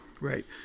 right